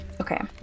okay